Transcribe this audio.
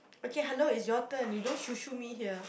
okay hello it's your turn you don't shoo shoo me here